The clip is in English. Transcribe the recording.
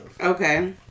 Okay